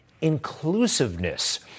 inclusiveness